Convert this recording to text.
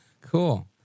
cool